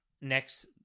next